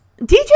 DJ